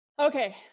Okay